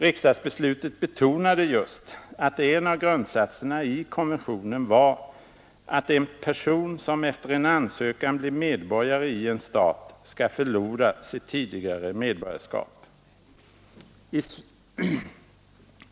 Riksdagsbeslutet betonade just att en av grundsatserna i konventionen var att en person som efter ansökan blir medborgare i en stat skall förlora sitt tidigare medborgarskap.